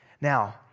Now